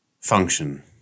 function